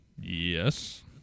Yes